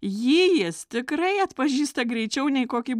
jį jis tikrai atpažįsta greičiau nei kokį